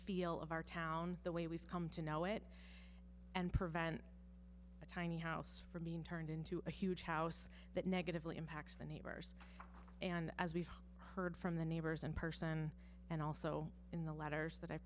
feel of our town the way we've come to know it and prevent a tiny house from being turned into a huge house that negatively impacts the neighbors and as we've heard from the neighbors and person and also in the letters that i